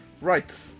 Right